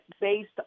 based